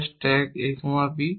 যা stack a b